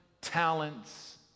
talents